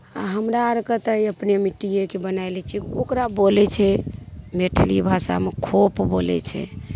आ हमरा आर कऽ तऽ अपने मिट्टिये कऽ बनाए लै छियै ओकरा बोलै छै मेठली भाषामे खोप बोलै छै